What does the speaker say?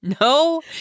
No